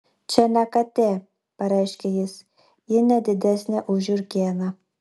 čia ne katė pareiškė jis ji ne didesnė už žiurkėną